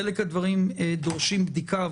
חלק מהדברים דורשים בדיקה.